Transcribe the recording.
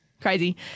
Crazy